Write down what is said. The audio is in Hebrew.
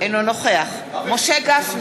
אינו נוכח משה גפני,